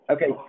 Okay